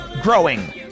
growing